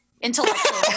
Intellectual